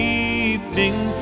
evening